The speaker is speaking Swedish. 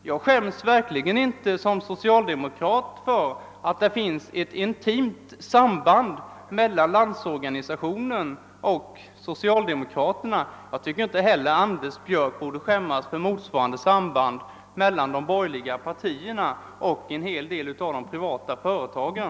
Jag skäms verkligen inte såsom socialdemokrat över att det finns ett intimt samband mellan Landsorganisationen och socialdemokraterna. Jag tycker inte att herr Björck borde skämmas för motsvarande samband mellan de borgerliga partierna och en hel del av de privata företagen.